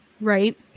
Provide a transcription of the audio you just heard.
right